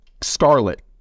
Scarlet